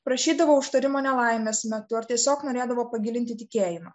prašydavo užtarimo nelaimės metu ar tiesiog norėdavo pagilinti tikėjimą